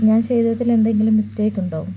ഞാൻ ചെയ്തതിൽ എന്തെങ്കിലും മിസ്റ്റേക്ക് ഉണ്ടോ